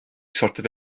sortio